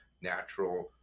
natural